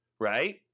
right